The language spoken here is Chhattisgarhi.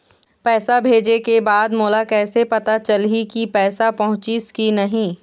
पैसा भेजे के बाद मोला कैसे पता चलही की पैसा पहुंचिस कि नहीं?